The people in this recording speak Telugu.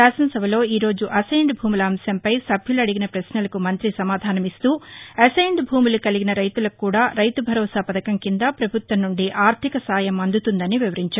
శాసనసభలో ఈ రోజు అసైన్డ్ భూముల అంశంపై సభ్యులు అడిగిన పశ్నలకు మంతి సమాధానమిస్తూ అసైన్భూములు కలిగిన రైతులకు కూడా రైతు భరోసా పథకం కింద ప్రభుత్వం నుండి ఆర్గిక సహాయం అందుతుందని వివరించారు